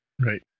right